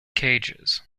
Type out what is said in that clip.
cages